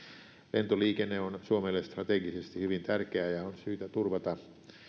lentoliikenne on suomelle strategisesti hyvin tärkeää ja on syytä turvata